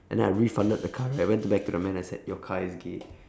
and then I refunded the car right I went to back to the man I said your car is gay